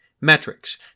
metrics